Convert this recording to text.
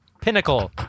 pinnacle